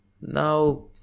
Now